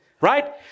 right